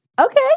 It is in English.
Okay